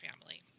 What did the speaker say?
family